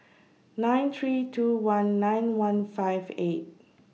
nine three two one nine one five eight